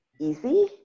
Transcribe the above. easy